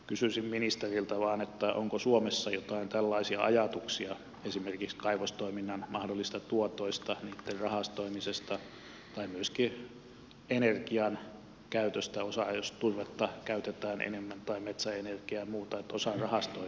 kysyisin vain ministeriltä onko suomessa joitain tällaisia ajatuksia esimerkiksi kaivostoiminnan mahdollisten tuottojen rahastoimisesta tai siitä että osa energian käytöstä jos käytetään enemmän turvetta tai metsäenergiaa tai muuta rahastoitaisiin tulevaisuuteen